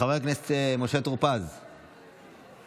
חבר הכנסת משה טור פז, בבקשה.